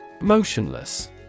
Motionless